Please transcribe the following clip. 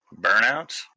burnouts